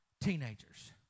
teenagers